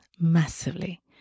massively